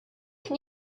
can